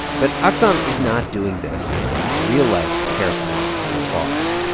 but ah aktham is not doing this in real life hair salons or bars.